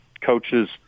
coaches